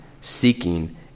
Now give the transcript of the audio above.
seeking